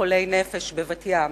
לחולי נפש בבת-ים.